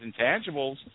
intangibles